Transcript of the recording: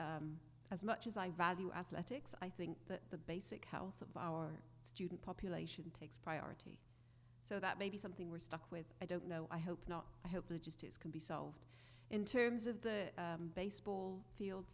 i as much as i value athletics i think that the basic health of our student population takes priority so that may be something we're stuck with i don't know i hope not i hope the gist is can be solved in terms of the baseball field